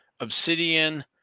Obsidian